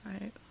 right